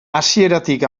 hasieratik